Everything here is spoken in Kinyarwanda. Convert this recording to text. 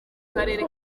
karere